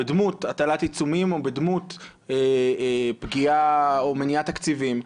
בדמות הטלת עיצומים או בדמות פגיעה או מניעת תקציבים.